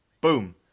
Boom